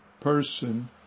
person